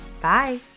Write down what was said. Bye